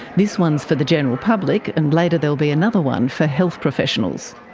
this one's for the general public, and later there'll be another one for health professionals.